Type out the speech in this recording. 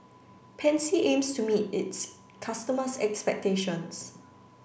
pansy aims to meet its customers' expectations